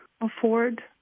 afford